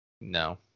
No